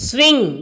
Swing